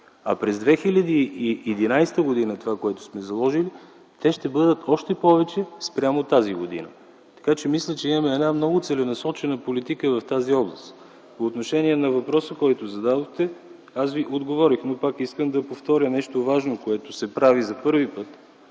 миналата година. Това, което сме заложили през 2011 г. те ще бъдат още повече спрямо тази година. Така че мисля, че имаме една много целенасочена политика в тази област. По отношение на въпроса, който зададохте, аз Ви отговорих, но пак искам да повторя нещо важно, което се прави за първи път